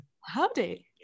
Howdy